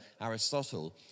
Aristotle